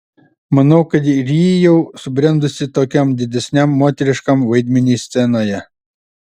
manau kad ir ji jau subrendusi tokiam didesniam moteriškam vaidmeniui scenoje